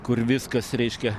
kur viskas reiškia